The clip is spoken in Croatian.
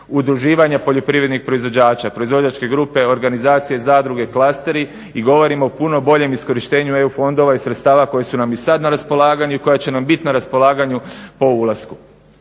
udruživanja poljoprivrednih proizvođača, proizvođačke grupe, organizacije, zadruge, klaster i govorimo o puno boljem iskorištenju EU fondova i sredstava koji su nam i sad na raspolaganju i koja će nam bit na raspolaganju po ulasku.